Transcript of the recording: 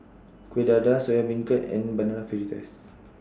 Kueh Dadar Soya Beancurd and Banana Fritters